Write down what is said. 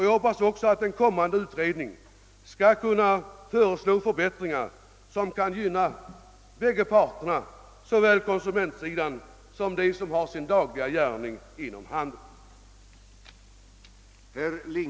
Jag hoppas att en kommande utredning skall kunna föreslå förbättringar som kan gynna bägge parter, såväl konsumenterna som dem som har sin dagliga gärning inom handeln.